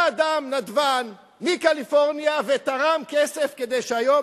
בא אדם נדבן מקליפורניה ותרם כסף כדי שהיום